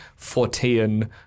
Fortean